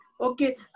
Okay